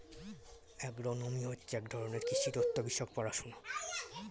agronomy হচ্ছে এক ধরনের কৃষি তথ্য বিষয়ক পড়াশোনা